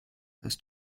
ist